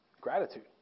Gratitude